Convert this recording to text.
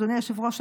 אדוני היושב-ראש,